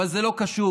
אבל זה לא קשור,